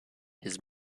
his